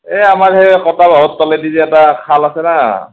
এ আমাৰ হেই কটা বাঁহৰ তলেদি যে এটা খাল আছে না